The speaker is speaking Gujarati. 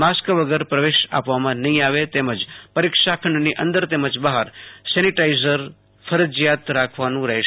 માસ્ક વગર પ્રવેશ નહીં અપાય તમેજ પરીક્ષાખંડની અંદર તેમજ બહાર સેનિટાઈઝર ફરજિયાત રાખવાનું રહેશે